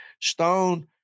Stone